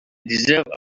deserve